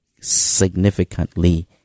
significantly